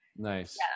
Nice